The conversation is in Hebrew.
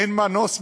אין מנוס מזה,